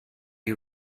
you